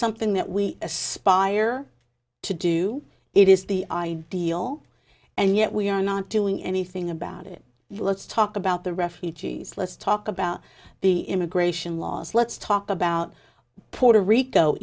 something that we aspire to do it is the ideal and yet we are not doing anything about it let's talk about the refugees let's talk about the immigration laws let's talk about puerto rico